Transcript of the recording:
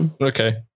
okay